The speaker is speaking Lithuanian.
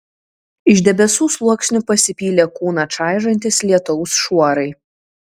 iš debesų sluoksnių pasipylė kūną čaižantys lietaus šuorai